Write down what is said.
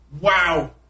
wow